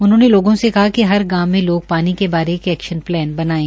उन्होंने लोगों से कहा कि हर गांव में लोग पानी के बारे में एक्शन प्लान बनायें